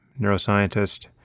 neuroscientist